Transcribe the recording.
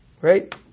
right